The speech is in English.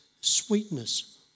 sweetness